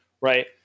right